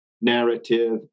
narrative